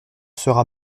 sera